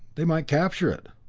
they might recapture it!